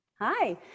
Hi